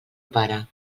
pare